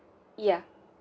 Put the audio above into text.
ya